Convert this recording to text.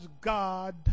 God